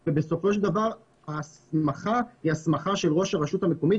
כי בסופו של דבר ההסמכה היא הסמכה של ראש הרשות המקומית,